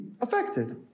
affected